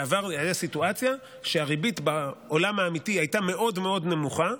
בעבר הייתה סיטואציה שהריבית בעולם האמיתי הייתה מאוד מאוד נמוכה,